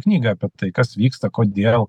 knygą apie tai kas vyksta kodėl